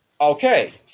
Okay